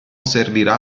servirà